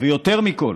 ויותר מכול,